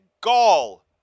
gall